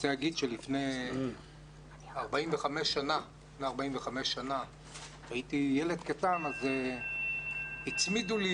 לפני 45 שנים הייתי ילד קטן והצמידו לי